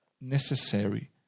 necessary